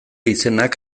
izenak